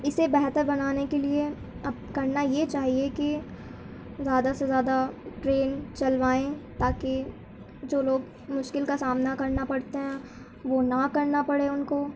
اسے بہتر بنانے کے لیے اب کرنا یہ چاہیے کہ زیادہ سے زیادہ ٹرین چلوائیں تا کہ جو لوگ مشکل کا سامنا کرنا پڑتے ہیں وہ نا کرنا پڑے ان کو